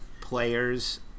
players